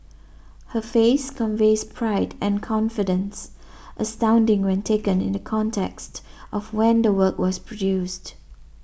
her face conveys pride and confidence astounding when taken in the context of when the work was produced